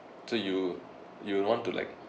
so you you want to like